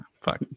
fuck